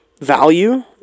value